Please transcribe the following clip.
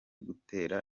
gutera